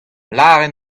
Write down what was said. lavaret